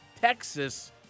Texas